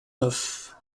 neuf